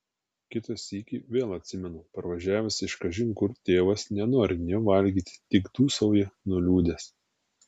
kitą sykį vėl atsimenu parvažiavęs iš kažin kur tėvas nenori nė valgyti tik dūsauja nuliūdęs